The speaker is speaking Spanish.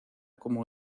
como